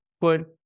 Put